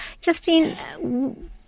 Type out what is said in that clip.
Justine